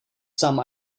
some